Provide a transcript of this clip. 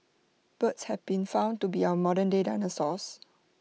birds have been found to be our modernday dinosaurs